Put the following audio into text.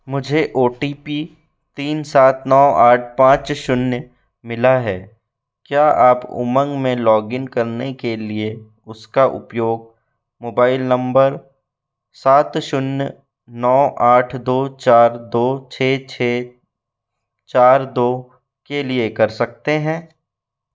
मुझे O T P तीन सात नौ आठ पाँच शून्य मिला है क्या आप उमंग में लॉगिन करने के लिए उसका उपयोग मोबाइल नंबर सात शून्य नौ आठ दौ चार दो छ छ चार दो के लिए कर सकते हैं